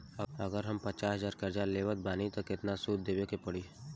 अगर हम पचास हज़ार कर्जा लेवत बानी त केतना सूद देवे के पड़ी?